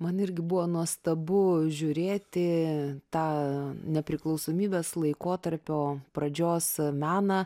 man irgi buvo nuostabu žiūrėti tą nepriklausomybės laikotarpio pradžios meną